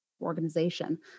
organization